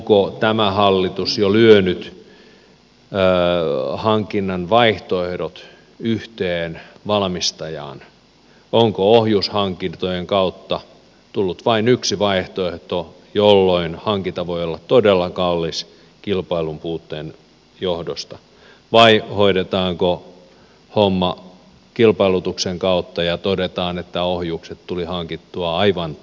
onko tämä hallitus jo lyönyt hankinnan vaihtoehdot yhteen valmistajaan onko ohjushankintojen kautta tullut vain yksi vaihtoehto jolloin hankinta voi olla todella kallis kilpailun puutteen johdosta vai hoidetaanko homma kilpailutuksen kautta ja todetaan että ohjukset tuli hankittua aivan turhaan